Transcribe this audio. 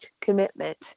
commitment